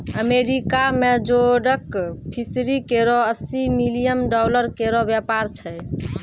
America में जोडक fishery केरो अस्सी मिलियन डॉलर केरो व्यापार छै